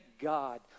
God